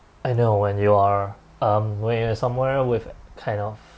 I know when you are um when you're somewhere with kind of